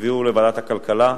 הביאו אותו לוועדת הכלכלה,